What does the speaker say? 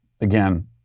again